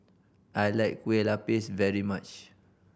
I like Kueh Lapis very much